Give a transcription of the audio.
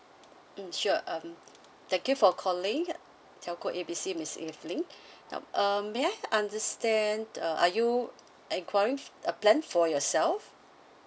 mm sure um thank you for calling telco A B C miss evelyn um may I understand uh are you enquiring a plan for yourself